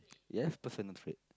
yes personal trait